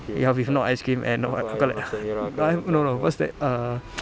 ya with no ice cream and not wha~ what you call that uh but I've no no what's that err